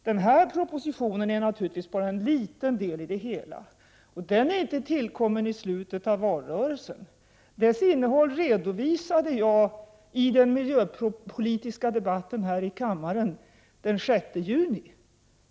Den här propositionen är naturligtvis bara en liten del i det hela. Den är inte tillkommen i slutet av valrörelsen. Dess innehåll redovisade jag i den miljöpolitiska debatten här i kammaren den 6 juni.